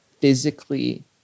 physically